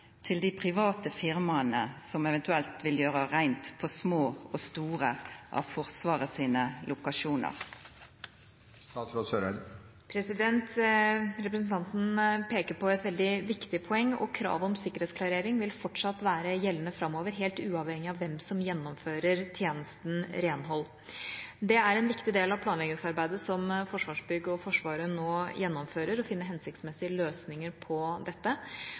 til de private firmaene som eventuelt vil gjøre rent på Forsvarets små og store lokasjoner? Representanten peker på et veldig viktig poeng, og kravet om sikkerhetsklarering vil fortsatt være gjeldende framover helt uavhengig av hvem som gjennomfører tjenesten renhold. Det er en viktig del av planleggingsarbeidet som Forsvarsbygg og Forsvaret nå gjennomfører, å finne hensiktsmessige løsninger på dette,